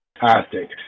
fantastic